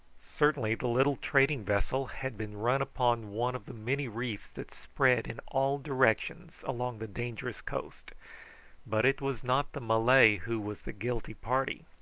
certainly the little trading vessel had been run upon one of the many reefs that spread in all directions along the dangerous coast but it was not the malay who was the guilty party.